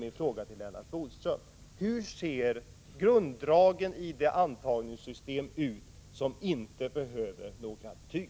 Min fråga till Lennart Bodström är: Hur ser grunddragen ut i det antagningssystem som inte behöver några betyg?